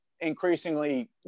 increasingly